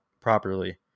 properly